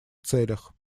целях